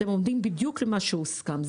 אתם עומדים בדיוק עם מה שהוסכם.